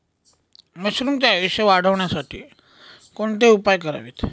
मशरुमचे आयुष्य वाढवण्यासाठी कोणते उपाय करावेत?